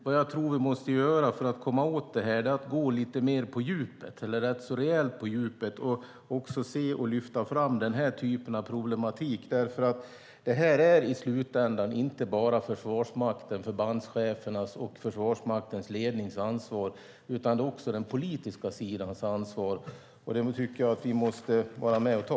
Vad vi måste göra för att komma åt detta är att gå rätt så rejält på djupet och också se och lyfta fram den här typen av problematik. Det är i slutändan inte bara Försvarsmaktens, förbandschefernas och Försvarsmaktens lednings ansvar utan också den politiska sidans ansvar. Det måste vi vara med och ta.